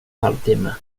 halvtimme